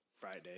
Friday